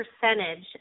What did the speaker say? percentage